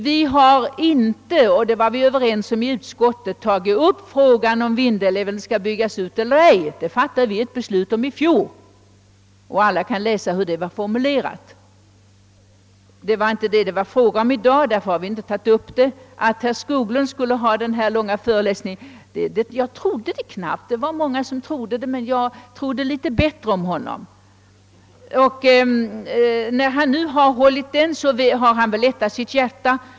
Vi har inte, och det var vi överens om i utskottet, tagit upp frågan om huruvida Vindelälven skall byggas ut eller ej. Det fattade vi beslut om i fjol, och alla kan läsa hur det var formulerat. Det är inte det frågan gäller i dag, och därför har vi inte tagit upp den. Att herr Skoglund skulle hålla en så lång föreläsning här väntade jag knappast. Det var många som gjorde det, men jag trodde litet bättre om honom. Nu har han alltså hållit den och väl därmed lättat sitt hjärta.